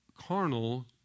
carnal